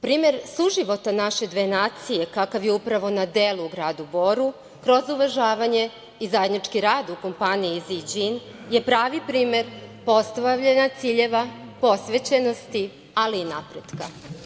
Primer suživota naše dve nacije, kakav je upravo na delu u gradu Boru, kroz uvažavanje i zajednički rad u kompaniji „Ziđin“ je pravi primer postavljanja ciljeva posvećenosti, ali i napretka.